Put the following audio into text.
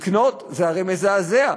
לקנות, זה הרי מזעזע.